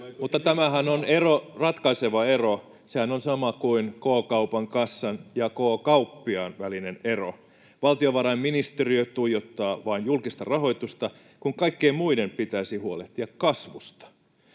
tämähän on ratkaiseva ero. Sehän on sama kuin K-kaupan kassan ja K-kauppiaan välinen ero. Valtiovarainministeriö tuijottaa vain julkista rahoitusta, kun kaikkien muiden pitäisi huolehtia kasvusta.